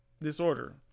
Disorder